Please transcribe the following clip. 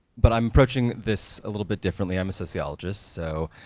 but i'm approaching this a little bit differently, i'm a sociologist, so,